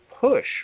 push